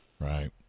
Right